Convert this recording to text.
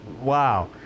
wow